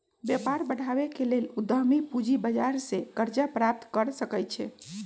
व्यापार बढ़ाबे के लेल उद्यमी पूजी बजार से करजा प्राप्त कर सकइ छै